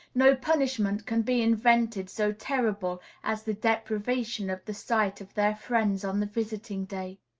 no punishment can be invented so terrible as the deprivation of the sight of their friends on the visiting-day.